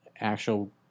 actual